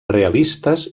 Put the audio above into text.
realistes